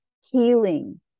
healing